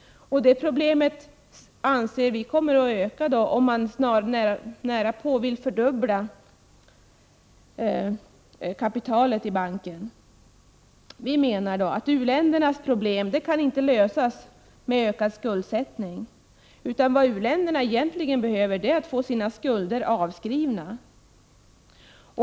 Det problemet anser vi kommer att öka i omfattning, om man nu närapå fördubblar kapitalet i banken. Vi menar att u-ländernas problem inte kan lösas med ökad skuldsättning. Vad u-länderna egentligen behöver är att få sina skulder avskrivna.